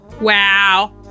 Wow